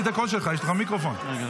רק רגע,